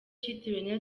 cyitiriwe